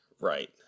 Right